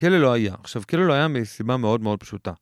כאלה לא היה. עכשיו, כאלה לא היה מסיבה מאוד מאוד פשוטה.